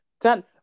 Done